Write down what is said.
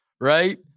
Right